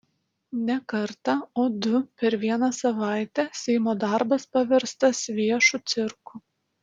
ne kartą o du per vieną savaitę seimo darbas paverstas viešu cirku